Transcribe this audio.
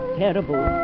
terrible